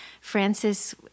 Francis